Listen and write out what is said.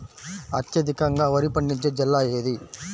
అత్యధికంగా వరి పండించే జిల్లా ఏది?